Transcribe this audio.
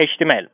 HTML